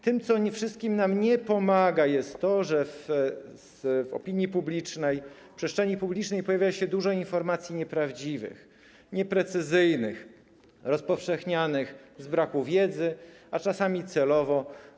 Tym, co wszystkim nam nie pomaga, jest to, że w opinii publicznej, w przestrzeni publicznej pojawia się dużo informacji nieprawdziwych, nieprecyzyjnych, rozpowszechnianych z braku wiedzy, a czasami celowo.